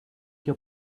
your